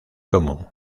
común